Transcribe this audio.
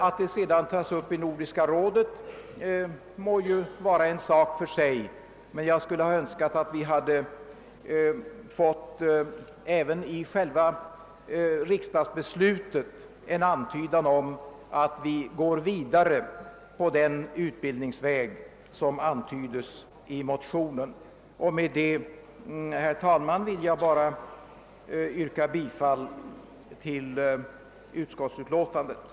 Att frågan sedan skall tagas upp i Nordiska rådet må vara en sak för sig, men jag skulle gärna ha sett att vi även i själva riksdagsbeslutet hade fått in en antydan om att vi kommer att gå vidare på den utbildningsväg som antydes i motionen. Med detta, herr talman, vill jag yrka bifall till utskottets hemställan.